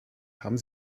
haben